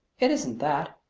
it isn't that.